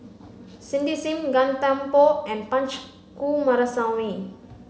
Cindy Sim Gan Thiam Poh and Punch Coomaraswamy